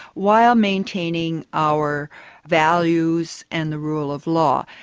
while maintaining our values and the rule of law.